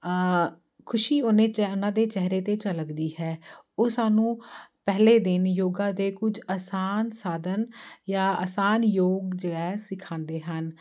ਖੁਸ਼ੀ ਉਹਨਾਂ ਚ' ਉਹਨਾਂ ਦੇ ਚਿਹਰੇ 'ਤੇ ਝਲਕਦੀ ਹੈ ਉਹ ਸਾਨੂੰ ਪਹਿਲੇ ਦਿਨ ਯੋਗਾ ਦੇ ਕੁਝ ਆਸਾਨ ਸਾਧਨ ਜਾਂ ਆਸਾਨ ਯੋਗ ਜੋ ਹੈ ਸਿਖਾਉਂਦੇ ਹਨ